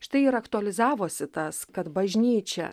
štai ir aktualizavosi tas kad bažnyčia